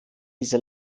diese